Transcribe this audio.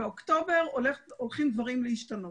באוקטובר דברים הולכים להשתנות.